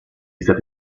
stati